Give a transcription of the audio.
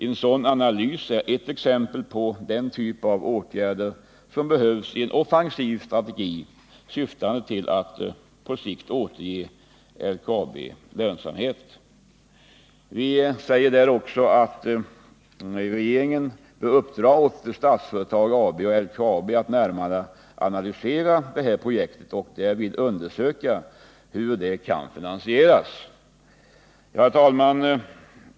En sådan analys är ert exempel på den typ av åtgärder som behövs i en offensiv strategi, syftande till att på sikt återge LKAB lönsamhet. Vi säger där också att regeringen bör uppdra åt Statsföretag AB och LKAB att närmare analysera det här projektet och därvid undersöka hur det kan finansieras. Herr talman!